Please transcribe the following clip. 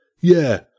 Yeah